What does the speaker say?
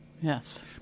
Yes